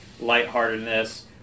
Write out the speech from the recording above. lightheartedness